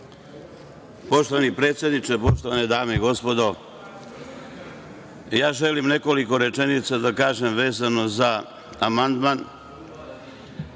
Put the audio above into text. Poštovani predsedniče, poštovane dame i gospodo, želim nekoliko rečenica da kažem vezano za amandman